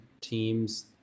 teams